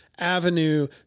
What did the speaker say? avenue